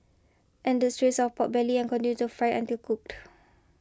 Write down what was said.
add strips of pork belly continue to fry until cooked